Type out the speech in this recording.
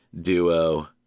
duo